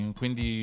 quindi